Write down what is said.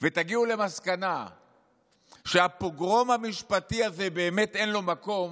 ותגיעו למסקנה שהפוגרום המשפטי הזה באמת אין לו מקום,